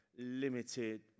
limited